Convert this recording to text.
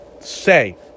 say